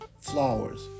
flowers